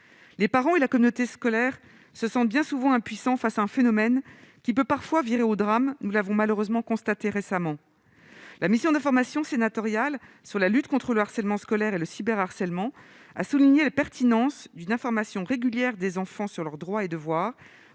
les parents et la communauté scolaire, ce sont bien souvent impuissants face à un phénomène qui peut parfois virer au drame, nous l'avons malheureusement constaté récemment la mission d'information sénatoriale sur la lutte contre le harcèlement scolaire et le cyberharcèlement, a souligné la pertinence d'une information régulière des enfants sur leurs droits et devoirs